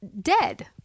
dead